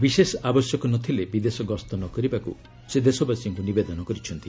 ବିଶେଷ ଆବଶ୍ୟକ ନ ଥିଲେ ବିଦେଶ ଗସ୍ତ ନ କରିବାକୁ ସେ ଦେଶବାସୀଙ୍କ ନିବେଦନ କରିଛନ୍ତି